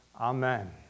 Amen